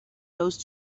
those